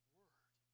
word